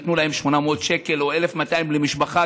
נתנו להם 800 שקל או 1,200 שקל למשפחה,